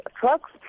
trucks